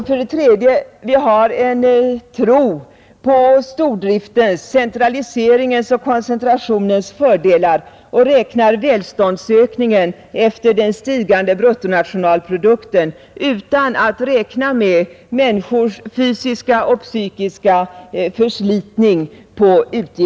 För det tredje har vi en tro på stordriftens, centraliseringens och koncentrationens fördelar och räknar välståndsökningen efter den stigande bruttonationalprodukten utan att på utgiftssidan räkna med människors fysiska och psykiska förslitning.